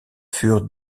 furent